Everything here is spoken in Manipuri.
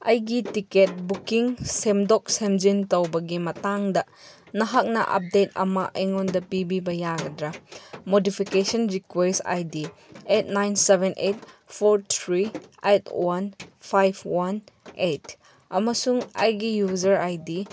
ꯑꯩꯒꯤ ꯇꯤꯀꯦꯠ ꯕꯨꯀꯤꯡ ꯁꯦꯝꯗꯣꯛ ꯁꯦꯝꯖꯤꯟ ꯇꯧꯕꯒꯤ ꯃꯇꯥꯡꯗ ꯅꯍꯥꯛꯅ ꯑꯞꯗꯦꯠ ꯑꯃ ꯑꯩꯉꯣꯟꯗ ꯄꯤꯕꯤꯕ ꯌꯥꯒꯗ꯭ꯔꯥ modification request I D eight nine seven eight four three eight one five one eight ꯑꯃꯁꯨꯡ ꯑꯩꯒꯤ ꯌꯨꯖꯔ ꯑꯥꯏ ꯗꯤ